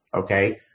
okay